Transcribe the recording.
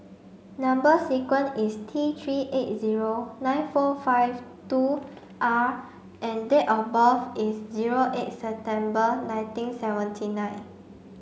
number sequence is T three eight zero nine four five two R and date of birth is zero eight September nineteen seventy nine